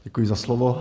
Děkuji za slovo.